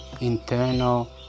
internal